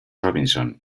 robinson